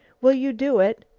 will you do it?